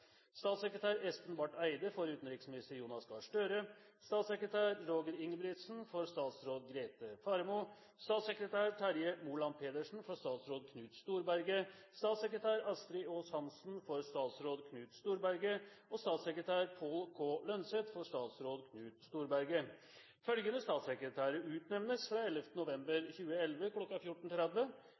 Statssekretær Espen Barth Eide for utenriksminister Jonas Gahr Støre Statssekretær Roger Ingebrigtsen for statsråd Grete Faremo Statssekretær Terje Moland Pedersen for statsråd Knut Storberget Statssekretær Astri Aas-Hansen for statsråd Knut Storberget Statssekretær Pål K. Lønseth for statsråd Knut Storberget Følgende statssekretærer utnevnes fra 11. november 2011